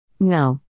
No